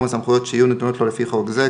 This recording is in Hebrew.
הסמכויות שיהיו נתונות לו לפי חוק זה,